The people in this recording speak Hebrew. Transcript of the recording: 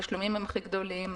התשלומים הכי גדולים,